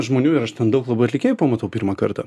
žmonių ir aš ten daug labai atlikėjų pamatau pirmą kartą